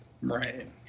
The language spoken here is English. Right